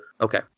Okay